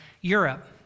Europe